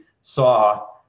saw